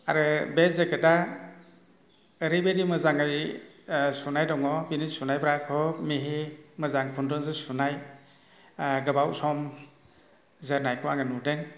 आरो बे जेकेटआ ओरैबायदि मोजाङै सुनाय दङ बिनि सुनायफ्रा खोब मिहि मोजां खुन्दुंजों सुनाय गोबाव सम जोरनायखौ आं नुदों